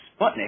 Sputnik